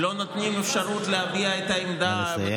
לא נותנים אפשרות להביע את העמדה, נא לסיים.